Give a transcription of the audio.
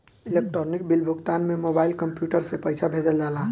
electronic bill भुगतान में mobile, computer से पईसा भेजल जाला